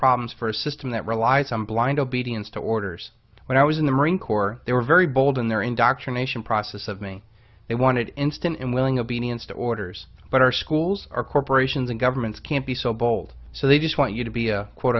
problems for a system that relies on blind obedience to orders when i was in the marine corps they were very bold in their indoctrination process of me they wanted instant and willing obedience to orders but our schools our corporations and governments can't be so bold so they just want you to be a quote